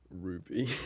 Ruby